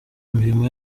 imirimo